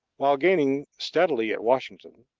while gaining steadily at washington,